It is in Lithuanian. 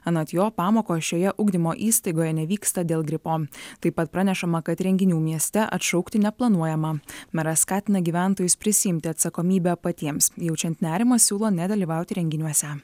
anot jo pamokos šioje ugdymo įstaigoje nevyksta dėl gripo taip pat pranešama kad renginių mieste atšaukti neplanuojama meras skatina gyventojus prisiimti atsakomybę patiems jaučiant nerimą siūlo nedalyvauti renginiuose